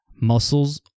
Muscles